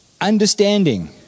understanding